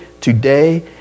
today